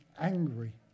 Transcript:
angry